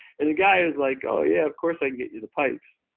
and the guy was like, oh yeah, of course i can get you the pipes,